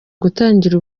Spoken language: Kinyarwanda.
gutangira